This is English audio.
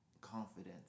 confidence